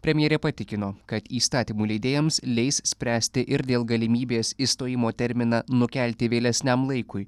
premjerė patikino kad įstatymų leidėjams leis spręsti ir dėl galimybės išstojimo terminą nukelti vėlesniam laikui